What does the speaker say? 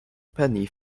penny